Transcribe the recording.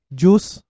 juice